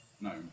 No